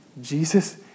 Jesus